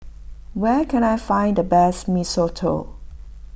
where can I find the best Mee Soto